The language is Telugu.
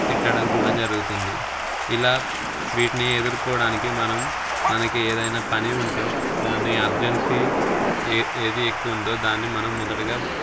తిట్టడం కూడా జరుగుతుంది ఇలా వీటిని ఎదుర్కోవడానికి మనం మనకి ఏదైన్నా పని ఉంటే దాన్ని అర్జెన్సీ ఏది ఎక్కువ ఉందో దాన్ని మనం మొదటిగా